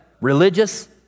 religious